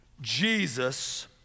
Jesus